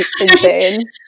insane